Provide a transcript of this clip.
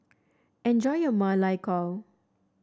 enjoy your Ma Lai Gao